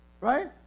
right